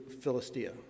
Philistia